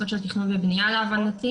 קנסות של תכנון ובנייה להבנתי,